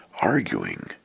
arguing